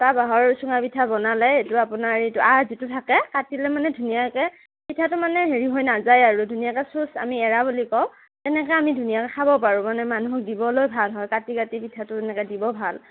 কটা বাঁহৰ চুঙা পিঠা বনালে এইটো আপোনাৰ এইটো আঁহ যিটো থাকে কাটিলে মানে ধুনীয়াকে পিঠাটো মানে হেৰি হৈ নাযায় আৰু ধুনীয়াকে চোঁচ আমি এৰা বুলি কওঁ তেনেকে আমি ধুনীয়াকে খাব পাৰোঁ মানে মানুহক দিবলৈ ভাল হয় কাটি কাটি পিঠাটো এনেকে দিব ভাল